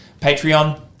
Patreon